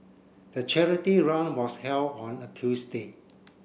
the charity run was held on a Tuesday